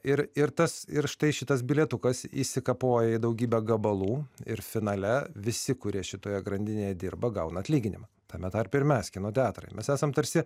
ir ir tas ir štai šitas bilietukas išsikapoja į daugybę gabalų ir finale visi kurie šitoje grandinėje dirba gauna atlyginimą tame tarpe ir mes kino teatrai mes esam tarsi